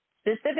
specific